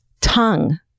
tongue